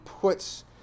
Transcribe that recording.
puts